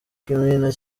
ikimina